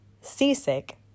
seasick